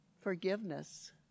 forgiveness